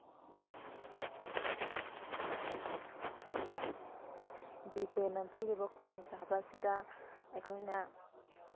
G ꯄꯦꯅ ꯄꯤꯔꯤꯕ ꯈꯨꯗꯣꯡꯆꯥꯕꯁꯤꯗ ꯑꯩꯈꯣꯏꯅ